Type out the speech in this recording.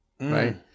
Right